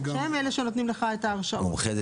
שהם אלה שנותנים לך את ההרשאות.